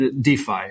DeFi